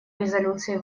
резолюции